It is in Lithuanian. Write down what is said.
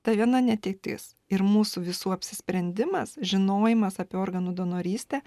ta viena netektis ir mūsų visų apsisprendimas žinojimas apie organų donorystę